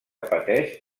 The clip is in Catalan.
pateix